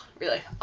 really,